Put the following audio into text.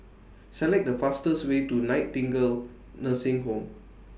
Select The fastest Way to Nightingale Nursing Home